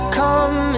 come